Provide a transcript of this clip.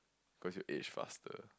cause you'll age faster